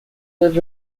live